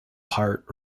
part